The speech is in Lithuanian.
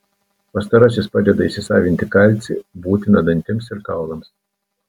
pastarasis padeda įsisavinti kalcį būtiną dantims ir kaulams